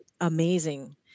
amazing